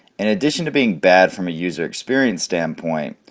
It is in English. in addition to being bad from a user experience standpoint,